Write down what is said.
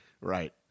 Right